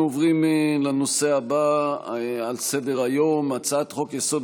אנחנו עוברים לנושא הבא על סדר-היום: הצעת חוק-יסוד: